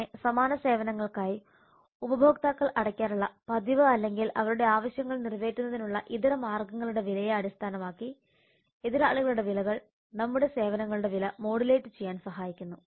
അങ്ങനെ സമാന സേവനങ്ങൾക്കായി ഉപഭോക്താക്കൾ അടയ്ക്കാറുള്ള പതിവ് അല്ലെങ്കിൽ അവരുടെ ആവശ്യങ്ങൾ നിറവേറ്റുന്നതിനുള്ള ഇതര മാർഗ്ഗങ്ങളുടെ വിലയെ അടിസ്ഥാനമാക്കി എതിരാളികളുടെ വിലകൾ നമ്മുടെ സേവനങ്ങളുടെ വില മോഡുലേറ്റ് ചെയ്യാൻ സഹായിക്കുന്നു